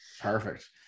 Perfect